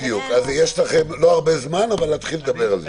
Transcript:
בדיוק, אין לכם הרבה זמן, אז להתחיל לדבר על זה.